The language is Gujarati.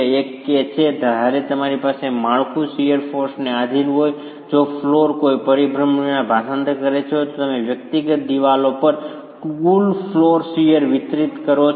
એક એ છે કે જ્યારે તમારી પાસે માળખું શીયર ફોર્સને આધિન હોય જો ફ્લોર કોઈ પરિભ્રમણ વિના ભાષાંતર કરે છે તો તમે વ્યક્તિગત દિવાલો પર કુલ ફ્લોર શીયર વિતરિત કરો છો